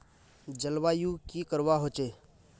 जलवायु की करवा होचे?